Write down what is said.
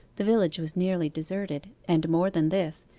the village was nearly deserted, and more than this,